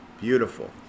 beautiful